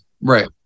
right